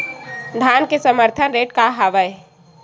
धान के समर्थन रेट का हवाय?